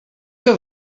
que